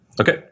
Okay